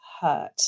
hurt